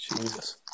Jesus